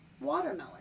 watermelon